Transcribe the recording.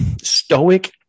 Stoic